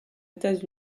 états